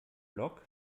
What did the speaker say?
block